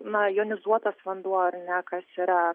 na jonizuotas vanduo ar ne kas yra